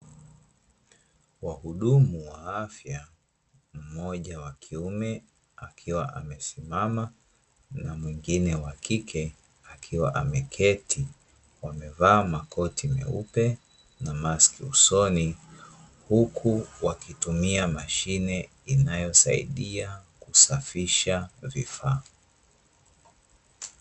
Wahudumu wa afya, mmoja wa kiume akiwa amesimama na mwingine wa kike akiwa ameketi, wamevaa makoti meupe na mask usoni huku wakitumia mashine inayosaidia kusafisha vifaa.